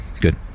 good